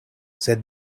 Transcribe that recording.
sed